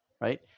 right